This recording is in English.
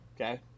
okay